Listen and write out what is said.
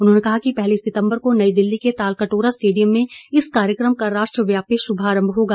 उन्होंने कहा कि पहली सितम्बर को नई दिल्ली के तालकटोरा स्टेडियम में इस कार्यक्रम का राष्ट्रव्यापी शुमारंभ होगा